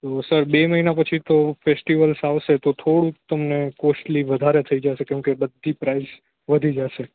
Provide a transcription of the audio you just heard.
તો સર બે મહિના પછી તો ફેસ્ટિવલસ આવશે તો થોડુંક તમને કોસ્ટલિ વધારે થય જાશે કારણ કે બધી પ્રાઇસ વધી જાશે